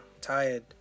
Tired